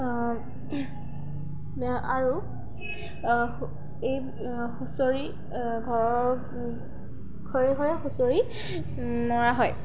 আৰু এই হুঁচৰি ঘৰৰ ঘৰে ঘৰে হুঁচৰি মৰা হয়